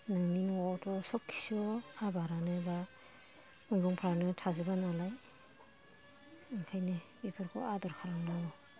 नोंनि न'आवथ' सब खिसु' आबादानो बा मैगंफ्रानो थाजोबा नालाय ओंखायनो बेफोरखौ आदर खालामनांगौ